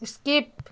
skip